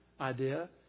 idea